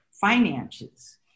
finances